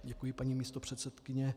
Děkuji, paní místopředsedkyně.